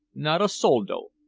not a soldo!